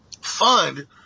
fund